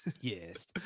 Yes